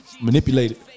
Manipulated